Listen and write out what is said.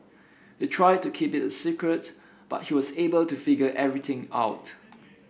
they tried to keep it a secret but he was able to figure everything out